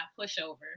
pushover